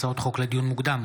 הצעות חוק לדיון מוקדם,